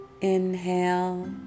Inhale